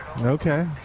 Okay